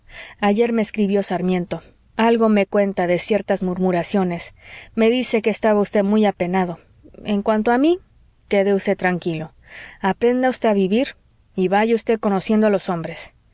ayer me escribió sarmiento algo me cuenta de ciertas murmuraciones me dice que estaba usted muy apenado en cuanto a mí quede usted tranquilo aprenda usted a vivir y vaya usted conociendo a los hombres